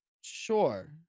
Sure